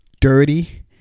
dirty